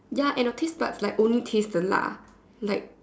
ya and your taste buds like only taste the 辣 like